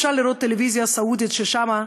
ואפשר לראות טלוויזיה סעודית ושם,